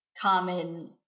common